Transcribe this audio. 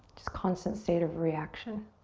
just constant state of reaction.